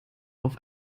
auf